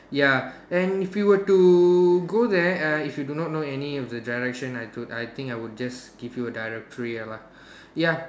ya and if you were to go there uh if you do not know any of the direction I could I think I would just give you a directory ya